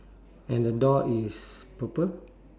and the door is purple